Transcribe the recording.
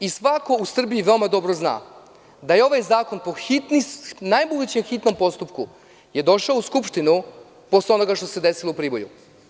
I svako u Srbiji veoma dobro zna da je ovaj zakon po najvećem hitnom postupku došao u Skupštinu posle onoga što se desilo u Priboju.